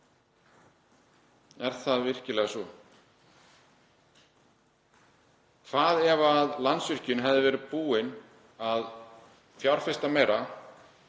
Er það virkilega svo? Hvað ef Landsvirkjun hefði verið búin að fjárfesta meira,